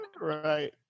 right